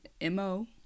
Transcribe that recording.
M-O